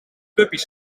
puppy’s